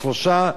אז שלושה,